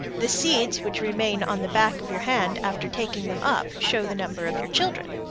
the seeds which remain on the back of your hand after taking them up show the number of your children.